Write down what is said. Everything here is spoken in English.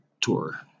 tour